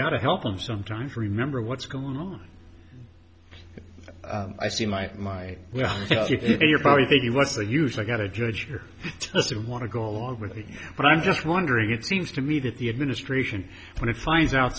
got to help them sometimes remember what's going on i see my my well you're probably thinking what's the use i got a judge here they want to go along with me but i'm just wondering it seems to me that the administration when it finds out